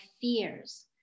fears